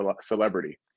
celebrity